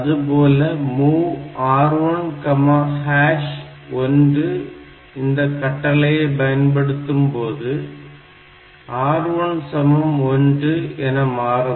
அதுபோல MOV R11 இந்த கட்டளையை பயன்படுத்தும் போது R1 1 என மாறும்